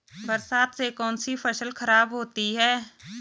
बरसात से कौन सी फसल खराब होती है?